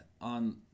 on